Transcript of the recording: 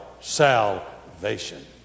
salvation